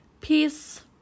Peace